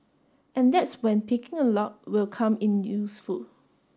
and that's when picking a lock will come in useful